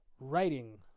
Writing